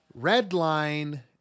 Redline